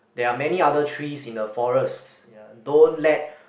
there are many other trees in the forest ya don't let